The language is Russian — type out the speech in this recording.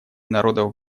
народов